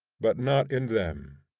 but not in them.